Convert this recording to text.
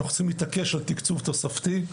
אנחנו צריכים להתעקש על תקצוב תוספתי,